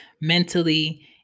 mentally